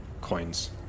coins